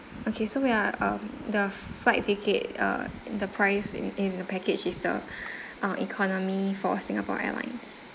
okay so wait ah um the flight ticket uh the price in in the package is the uh economy for singapore airlines